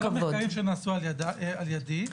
אלה לא מחקרים שנעשו על ידי,